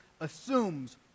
assumes